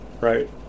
right